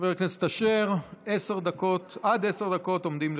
חבר הכנסת אשר, עד עשר דקות עומדות לרשותך.